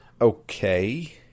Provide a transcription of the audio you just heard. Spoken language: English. Okay